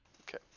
Okay